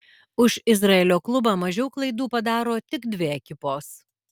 už izraelio klubą mažiau klaidų padaro tik dvi ekipos